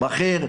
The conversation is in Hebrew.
בכיר,